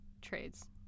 trades